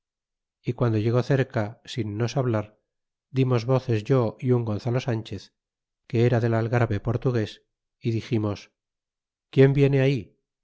y guando llegó cerca sin nos hablar dimos voces yo y un gonzalo sanchez que era del algarve portugues y diximos quién viene ahí